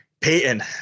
Peyton